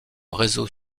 réseau